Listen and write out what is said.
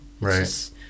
Right